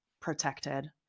protected